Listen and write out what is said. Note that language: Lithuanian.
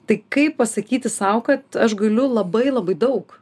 tai kaip pasakyti sau kad aš galiu labai labai daug